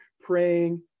praying